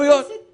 זאת בושה